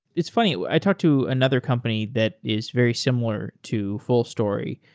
it's funny. i talk to another company that is very similar to fullstory,